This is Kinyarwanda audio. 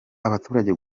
abaturage